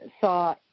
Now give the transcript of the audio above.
saw